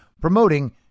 promoting